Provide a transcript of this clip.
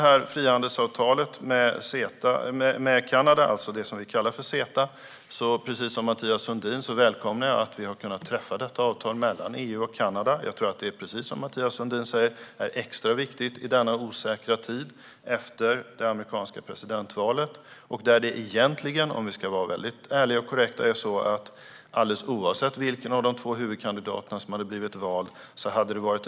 Jag välkomnar, precis som Mathias Sundin, att vi har kunnat träffa frihandelsavtalet mellan EU och Kanada, som vi kallar CETA. Jag tror att det, precis som Mathias Sundin säger, är extra viktigt i denna osäkra tid efter det amerikanska presidentvalet. Egentligen hade ju framtiden för frihandeln de närmaste åren, om vi ska vara väldigt ärliga och korrekta, varit osäker oavsett vilken av de två huvudkandidaterna som blivit vald.